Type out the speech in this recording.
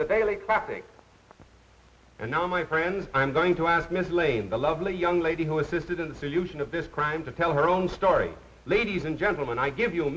the daily traffic and my friends i'm going to ask miss lane the lovely young lady who assisted in the solution of this crime to tell her own story ladies and gentlemen i give you